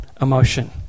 emotion